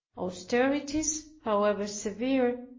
austerities, however severe,